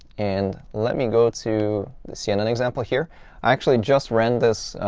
and let me go to the cnn example here. i actually just ran this